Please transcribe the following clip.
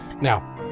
now